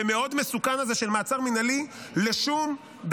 והדילמה הזאת נמצאת לפתחנו גם בוועדת חוקה,